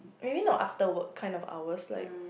maybe not after work kind of hours like